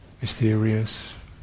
mysterious